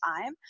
time